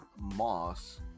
Moss